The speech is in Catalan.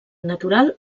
natural